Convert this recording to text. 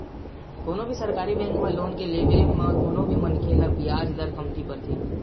कोनो भी सरकारी बेंक म लोन के लेवब म कोनो भी मनखे ल बियाज दर कमती परथे